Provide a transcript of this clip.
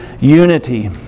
unity